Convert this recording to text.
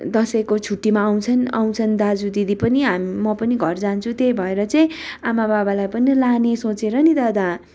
दसैँको छुट्टीमा आउँछन् आउँछन् दाजु दिदी हामी म पनि घर जान्छु त्यही भएर चाहिँ आमा बाबालाई पनि लाने सोचेर नि दादा